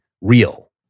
real